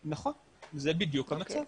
נכון, זה בדיוק המצב.